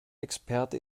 experte